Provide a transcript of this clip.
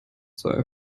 sei